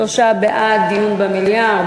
שלושה בעד דיון במליאה,